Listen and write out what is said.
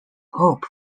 hope